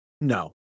No